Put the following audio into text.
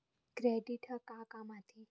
Credit ह का काम आथे?